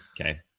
Okay